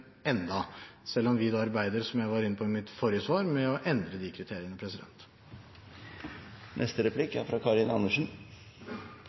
selv om vi, som jeg var inne på i mitt forrige svar, arbeider med å endre kriteriene.